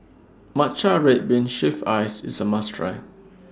Matcha Red Bean Shaved Ice IS A must Try